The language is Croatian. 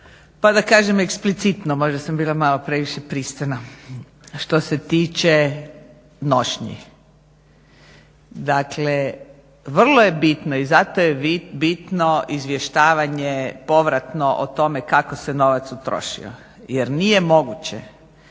pa da kažem eksplicitno. Možda sam bila malo previše pristojna. Što se tiče nošnji, dakle vrlo je bitno i zato je bitno izvještavanje povratno o tome kako se novac utrošio. Jer nije moguće